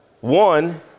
one